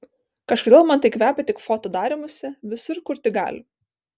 kažkodėl man tai kvepia tik foto darymusi visur kur tik gali